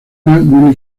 muy